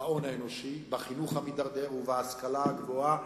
בהון האנושי, בחינוך המידרדר ובהשכלה הגבוהה,